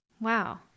Wow